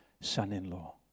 son-in-law